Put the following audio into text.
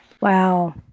Wow